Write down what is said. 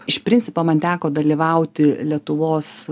iš principo man teko dalyvauti lietuvos